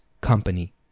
Company